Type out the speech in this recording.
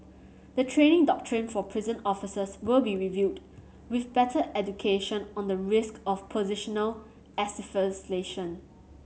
the training doctrine for prison officers will be reviewed with better education on the risk of positional asphyxiation